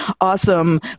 awesome